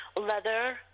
leather